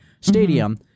Stadium